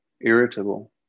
irritable